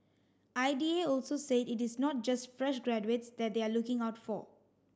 I D A also said it is not just fresh graduates that they are looking out for